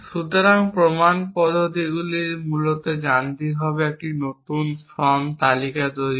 সুতরাং প্রমাণ পদ্ধতিগুলি মূলত যান্ত্রিকভাবে একটি নতুন ফর্ম তালিকা তৈরি করে